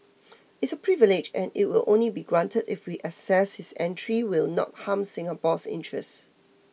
it's a privilege and it will only be granted if we assess his entry will not harm Singapore's interest